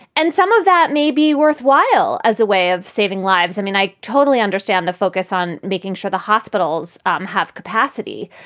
and some of that may be worthwhile as a way of saving lives. i mean, i totally understand the focus on making sure the hospitals um have capacity,